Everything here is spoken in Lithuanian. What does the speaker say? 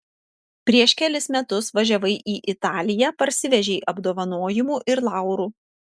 prieš kelis metus važiavai į italiją parsivežei apdovanojimų ir laurų